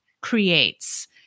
creates